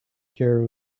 care